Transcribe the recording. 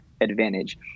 advantage